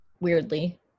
weirdly